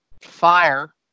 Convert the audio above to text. fire